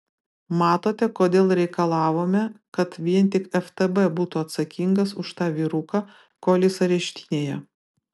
matote kodėl reikalavome kad vien tik ftb būtų atsakingas už tą vyruką kol jis areštinėje